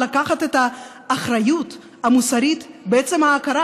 לקחת את האחריות המוסרית בעצם ההכרה: